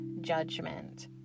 judgment